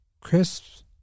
crisps